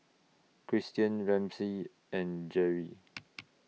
Christian Ramsey and Jerri